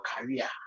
career